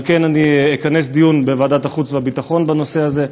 על כן אני אכנס דיון בוועדת החוץ והביטחון בנושא הזה.